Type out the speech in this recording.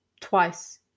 twice